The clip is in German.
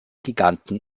giganten